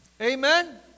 Amen